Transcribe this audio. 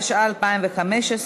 התשע"ה 2015,